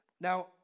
Now